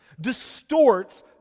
distorts